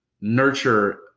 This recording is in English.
nurture